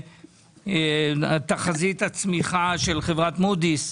עברנו את התחזית של חברת מודי'ס.